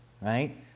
right